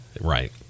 right